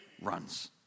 runs